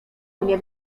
mnie